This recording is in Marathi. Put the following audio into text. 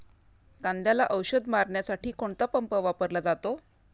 कांद्याला औषध मारण्यासाठी कोणता पंप वापरला जातो?